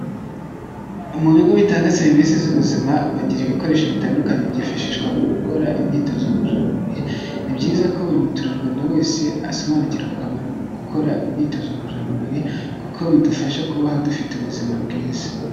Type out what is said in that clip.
Mu bigo bitanga serivise z'ubuzima bagira ibikoresho bitandukanye byifashishwa mu gukora imyitozo ngororamubiri, ni byiza ko buri muturarwanda wese asobanukirwa akamaro ko gukora imyitozo ngororamubiri kuko bidufasha kubaho dufite ubuzima bwiza.